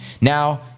Now